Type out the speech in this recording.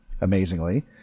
Amazingly